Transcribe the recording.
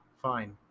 Fine